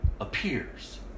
appears